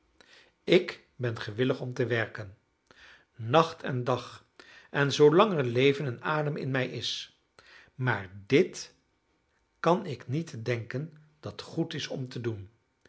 ik ben gewillig om te werken nacht en dag en zoolang er leven en adem in mij is maar dit kan ik niet denken dat goed is om te doen